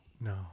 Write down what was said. no